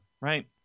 right